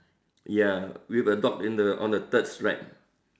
ya with a dog in the on the third stripe